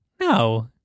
No